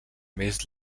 més